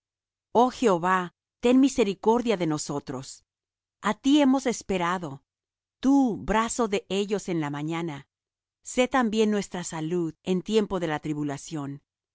oh jehová ten misericordia de nosotros á ti hemos esperado tú brazo de ellos en la mañana sé también nuestra salud en tiempo de la tribulación